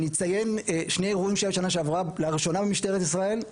אני גם אציין שני אירועים שהיו בשנה שעברה לראשונה במשטרת ישראל.